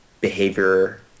behavior